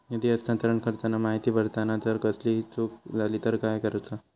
निधी हस्तांतरण करताना माहिती भरताना जर कसलीय चूक जाली तर काय करूचा?